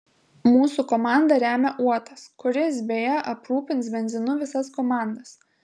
mūsų komandą remia uotas kuris beje aprūpins benzinu visas komandas